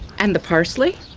and the parsley?